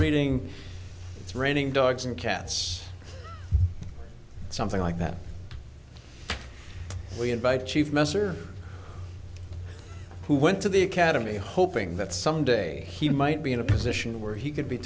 reading it's raining dogs and cats something like that we invite chief messer who went to the academy hoping that someday he might be in a position where he could be